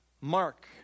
Mark